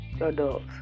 adults